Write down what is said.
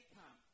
come